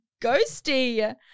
ghosty